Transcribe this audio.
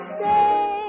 say